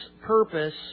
purpose